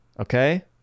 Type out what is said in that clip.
Okay